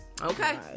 Okay